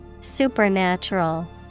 Supernatural